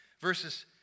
verses